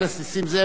זאת אומרת אתה,